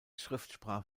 schriftsprache